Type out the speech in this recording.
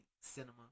cinema